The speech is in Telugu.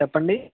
చెప్పండి